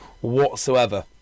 whatsoever